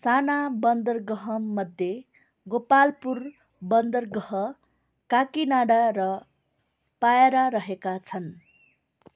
साना बन्दरगगाह मध्ये गोपालपुर बन्दरगाह काकीनाढा र पायरा रहेका छन्